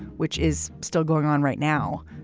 which is still going on right now,